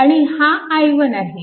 आणि हा i1 आहे